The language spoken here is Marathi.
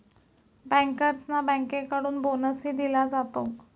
बँकर्सना बँकेकडून बोनसही दिला जातो